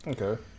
Okay